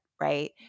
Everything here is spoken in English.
right